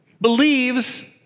believes